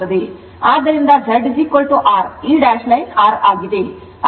ಆದ್ದರಿಂದ Z R ಈ dash line R ಆಗಿದೆ